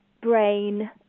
brain